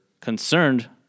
concerned